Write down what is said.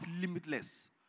limitless